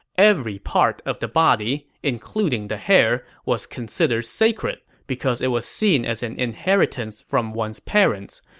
every part of the body, including the hair, was considered sacred because it was seen as an inheritance from one's parents.